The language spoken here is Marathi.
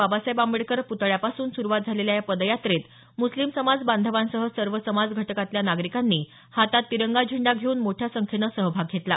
बाबासाहेब आंबेडकर पुतळ्यापासून सुरुवात झालेल्या या पदयात्रेत मुस्लिम समाजबाधवासह सर्व समाज घटकातल्या नागरिकांनी हातात तिरंगा झेंडा घेऊन मोठ्या संख्येन सहभाग घेतला